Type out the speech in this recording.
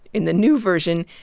in the new version,